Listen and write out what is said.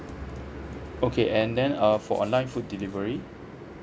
okay and then uh for online food delivery